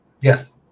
Yes